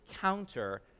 counter